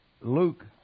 Luke